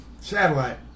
satellite